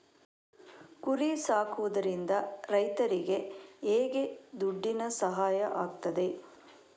ಕುರಿ ಸಾಕುವುದರಿಂದ ರೈತರಿಗೆ ಹೇಗೆ ದುಡ್ಡಿನ ಸಹಾಯ ಆಗ್ತದೆ?